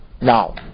Now